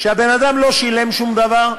שהבן-אדם לא שילם שום דבר,